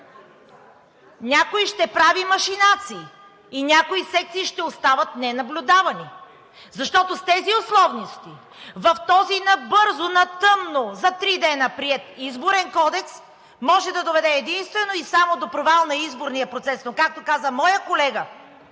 Някой ще прави машинации и някои секции ще остават ненаблюдавани. Защото с тези условности в този набързо, на тъмно, за три дни приет Изборен кодекс може да доведе единствено и само до провал на изборния процес. Но както каза моят колега